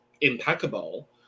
impeccable